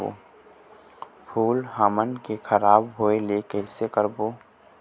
फूल हमन के खराब होए ले कैसे रोकबो?